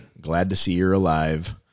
glad-to-see-you're-alive